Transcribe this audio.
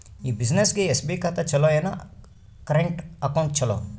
ಈ ಬ್ಯುಸಿನೆಸ್ಗೆ ಎಸ್.ಬಿ ಖಾತ ಚಲೋ ಏನು, ಕರೆಂಟ್ ಅಕೌಂಟ್ ಚಲೋ?